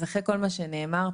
אז אחרי כל מה שנאמר פה,